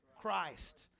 Christ